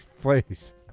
please